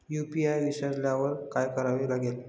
UPI विसरल्यावर काय करावे लागेल?